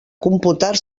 computar